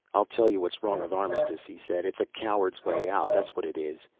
i'll tell you what's wrong with armistice, he said. it's a coward's way out, that's what it is.